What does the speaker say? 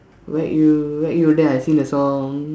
whack you whack you then I sing the song